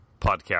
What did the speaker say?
podcast